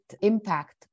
impact